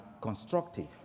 constructive